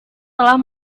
telah